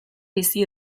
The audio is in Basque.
bizi